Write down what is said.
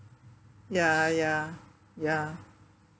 ya ya ya